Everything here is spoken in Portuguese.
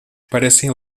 parecem